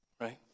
Right